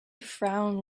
frown